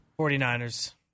49ers